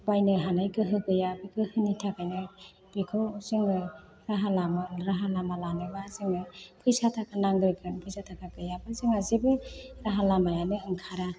बायनो हानाय गोहो गैया बे गोहोनि थाखायनो बेखौ जोङो राहा लामा राहा लामा लानोबा जोङो फैसा थाखा नांग्रोगोन फैसा थाखा गैयाबा जोंहा जेबो राहा लामायानो ओंखारा